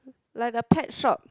like the pet shop